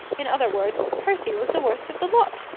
in other words, percy was the worst of the lot.